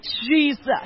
Jesus